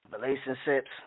relationships